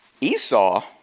Esau